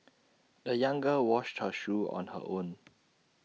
the young girl washed her shoes on her own